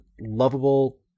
lovable